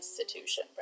institution